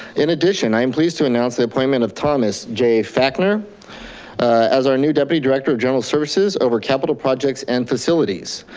in addition, i am pleased to announce the appointment of thomas j fakner as our new deputy director of general services over capital projects and facilities.